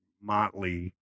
Motley